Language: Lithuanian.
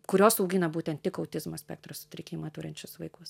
kurios augina būtent tik autizmo spektro sutrikimą turinčius vaikus